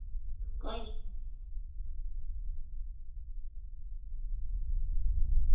कोई निं